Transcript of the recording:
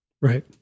Right